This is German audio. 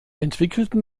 entwickelten